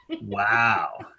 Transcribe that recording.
Wow